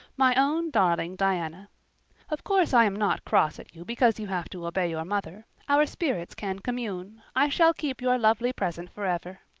my own darling diana of course i am not cross at you because you have to obey your mother. our spirits can commune. i shall keep your lovely present forever.